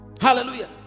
Hallelujah